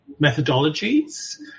methodologies